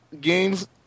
games